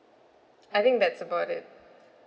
I think that's about it